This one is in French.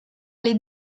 les